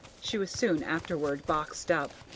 she was soon afterward boxed up,